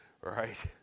Right